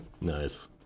Nice